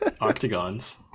Octagons